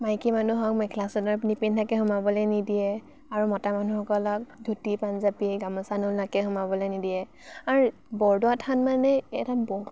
মাইকী মানুহক মেখেলা চাদৰ নিপিন্ধাকৈ সোমাবলৈ নিদিয়ে আৰু মতা মানুহসকলক ধুতি পাঞ্জাবী গামোচা নোলোৱাকৈ সোমাবলৈ নিদিয়ে আৰু বৰদোৱা থান মানে এটা বহ